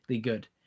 good